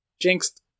Jinxed